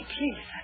Please